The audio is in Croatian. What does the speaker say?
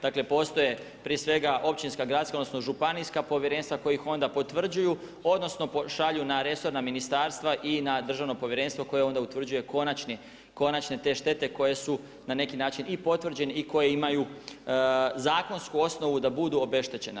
Dakle, postoje prije svega općinska, gradska, odnosno, županijska povjerenstva, koje ih onda potvrđuju, odnosno, šalju na resorna ministarstva i na državno povjerenstvo koje onda utvrđuje konačne te štete koje su na neki način i potvrđene i koje imaju zakonsku osnovu da budu obeštećena.